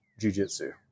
jujitsu